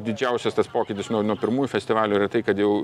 didžiausias tas pokytis nuo nuo pirmųjų festivalių yra tai kad jau